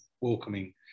welcoming